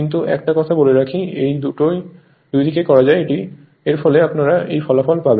কিন্তু একটা কথা বলে রাখি এটা দুদিকেই করা যায় এর ফলে আপনারা একই ফলাফল পাবেন